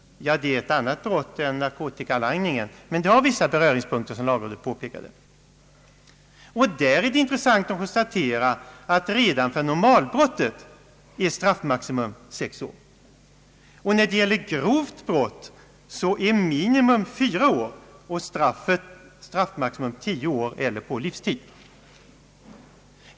Det är ett annat brott än narkotikalangningen, men det har vissa beröringspunkter därmed, som lagrådet påpekade. Det är också intressant att konstatera att redan för normalbrottet är straffmaximum sex år i denna paragraf. När det gäller grovt brott är minimum fyra år och straffmaximun tio år eller livstid.